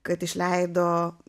kad išleido